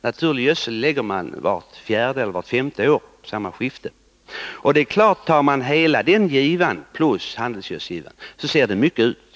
Naturlig gödsel lägger man vart fjärde eller vart femte år på samma skifte. Men om man tar hela den givan plus handelsgödselgivan, då ser det naturligtvis mycket ut.